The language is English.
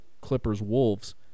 Clippers-Wolves